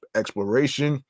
exploration